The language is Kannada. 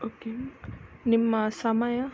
ಓಕೆ ನಿಮ್ಮ ಸಮಯ